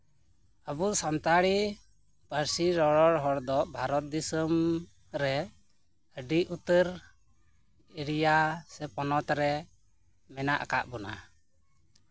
ᱟᱵᱚ ᱥᱟᱱᱛᱟᱲᱤ ᱯᱟᱹᱨᱥᱤ ᱨᱚᱨᱚᱲ ᱦᱚᱲ ᱫᱚ ᱵᱷᱟᱨᱚᱛ ᱫᱤᱥᱚᱢ ᱨᱮ ᱟᱹᱰᱤ ᱩᱛᱟᱹᱨ ᱮᱨᱤᱭᱟ ᱥᱮ ᱯᱚᱱᱚᱛ ᱨᱮ ᱢᱮᱱᱟᱜ ᱟᱠᱟᱫ ᱵᱚᱱᱟ